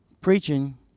preaching